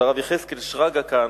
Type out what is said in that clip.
של הרב יחזקאל שרגא כהנא,